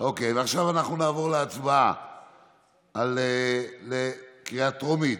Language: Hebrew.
עכשיו נעבור להצבעה בקריאה טרומית,